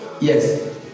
Yes